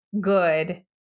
good